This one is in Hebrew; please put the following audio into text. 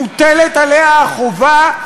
מוטלת עליה החובה,